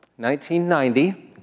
1990